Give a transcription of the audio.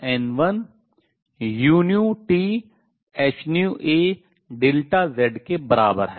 Bn2 n1uThνaZ के बराबर है